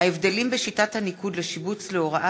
ההבדלים בשיטת הניקוד לשיבוץ להוראה